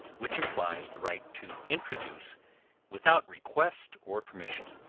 which implies the right to introduce without request or permission.